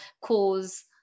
cause